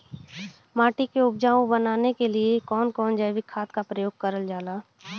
माटी के उपजाऊ बनाने के लिए कौन कौन जैविक खाद का प्रयोग करल जाला?